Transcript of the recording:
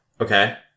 Okay